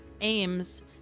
aims